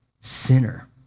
sinner